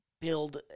build